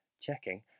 checking